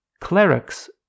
clerics